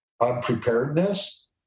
unpreparedness